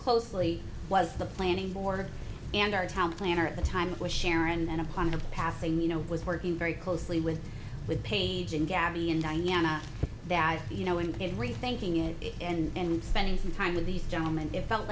closely was the planning board and our town planner at the time it was sharon then upon a passing you know it was working very closely with with paige and gabby and diana that you know and good rethinking it and spending time with these gentlemen to felt